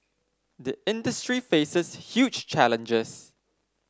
the industry faces huge challenges